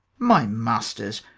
my masters,